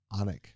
anik